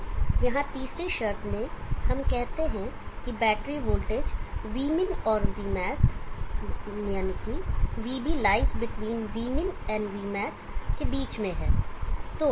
तो यहां तीसरी शर्त में हम कहते हैं कि बैटरी वोल्टेज Vmin और Vmax Vmin ≤ VB ≤ Vmax के बीच है